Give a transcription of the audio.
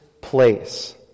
place